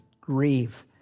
grieve